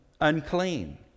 unclean